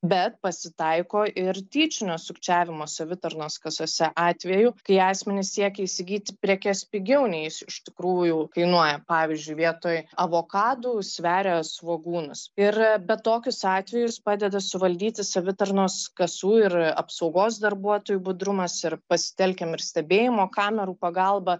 bet pasitaiko ir tyčinio sukčiavimo savitarnos kasose atvejų kai asmenys siekia įsigyti prekes pigiau nei jis iš tikrųjų kainuoja pavyzdžiui vietoj avokadų sveria svogūnus ir bet tokius atvejus padeda suvaldyti savitarnos kasų ir apsaugos darbuotojų budrumas ir pasitelkiam ir stebėjimo kamerų pagalbą